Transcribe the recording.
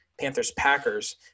Panthers-Packers